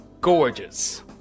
gorgeous